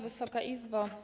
Wysoka Izbo!